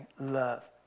love